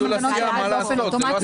זה מנגנון שנעשה אוטומטי.